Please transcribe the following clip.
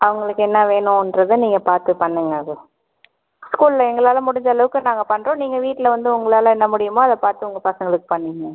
அவங்களுக்கு என்ன வேணும்ன்றத நீங்கள் பார்த்து பண்ணுங்கள் அது ஸ்கூலில் எங்களால் முடிஞ்ச அளவுக்கு நாங்கள் பண்ணுறோம் நீங்கள் வீட்டில் வந்து உங்களால் என்ன முடியுமோ அதை பார்த்து உங்கள் பசங்களுக்கு பண்ணுங்கள்